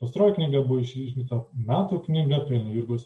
pastaroji knyga buvo išrinkta metų knyga jurgos